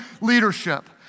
leadership